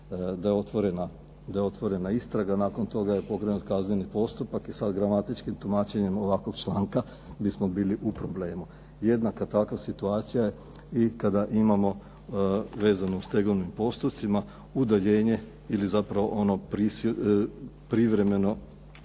da je otvorena istraga. Nakon toga je pokrenut kazneni postupak i sa gramatičkim tumačenjem ovakvog članka bismo bili u problemu. Jednaka takva situacija je i kada imamo vezano stegovnim postupcima udaljenje ili zapravo ono privremeno